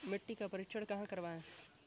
मिट्टी का परीक्षण कहाँ करवाएँ?